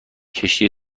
کشتی